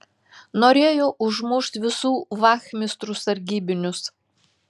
norėjo užmušt visų vachmistrų sargybinius